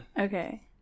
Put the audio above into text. Okay